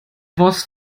boss